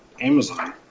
Amazon